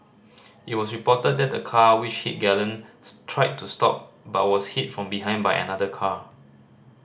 it was reported that the car which hit Galen tried to stop but was hit from behind by another car